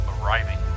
arriving